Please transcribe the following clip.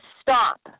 stop